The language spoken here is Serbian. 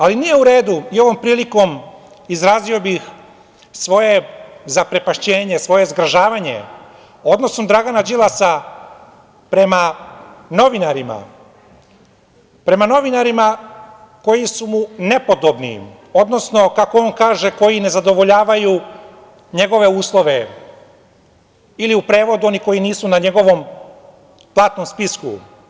Ali nije u redu i ovom prilikom izrazio bih svoje zaprepašćenje, svoje zgražavanje odnosom Dragana Đilasa prema novinarima, prema novinarima koji su mu nepodobni, odnosno, kako on kaže koji ne zadovoljavaju njegove uslove ili u prevodu oni koji nisu na njegovom platnom spisku.